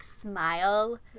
smile